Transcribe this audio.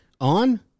on